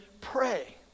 pray